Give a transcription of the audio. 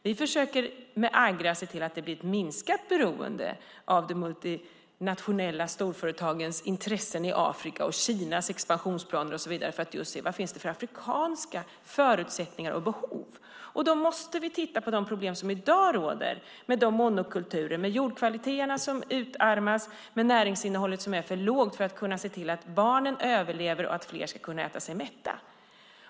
Vi försöker med Agra se till att det blir ett minskat beroende av de multinationella storföretagens intressen i Afrika, Kinas expansionsplaner och så vidare för att se vad det finns för afrikanska förutsättningar och behov. Vi måste titta på de problem som i dag råder med monokulturer, jordkvaliteter som utarmas och näringsinnehållet som är för lågt för att kunna se till att barnen överlever och fler ska kunna äta sig mätta.